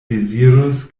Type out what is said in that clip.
dezirus